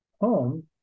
home